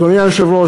אדוני היושב-ראש,